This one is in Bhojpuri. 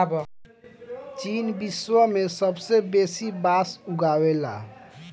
चीन विश्व में सबसे बेसी बांस उगावेला